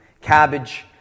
cabbage